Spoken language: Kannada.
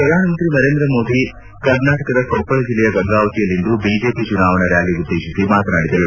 ಪ್ರಧಾನಮಂತ್ರಿ ನರೇಂದ್ರ ಮೋದಿ ಕರ್ನಾಟಕದ ಕೊಪ್ಪಳ ಜಿಲ್ಲೆಯ ಗಂಗಾವತಿಯಲ್ಲಿಂದು ಬಿಜೆಪಿ ಚುನಾವಣಾ ರ್ಕಾಲಿ ಉದ್ದೇಶಿಸಿ ಮಾತನಾಡಿದರು